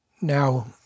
Now